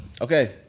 Okay